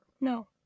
No